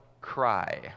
cry